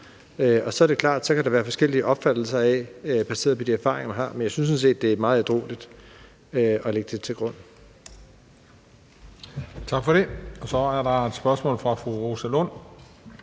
Og så er det klart, at der kan være forskellige opfattelser baseret på de erfaringer, man har. Men jeg synes sådan set, det er meget ædrueligt at lægge det til grund. Kl. 15:52 Den fg. formand